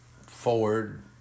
forward